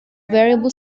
variable